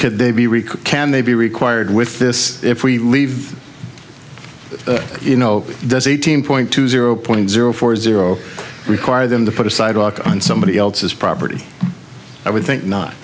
could they be recalled can they be required with this if we leave you know does eighteen point two zero point zero four zero require them to put a sidewalk on somebody else's property i would think not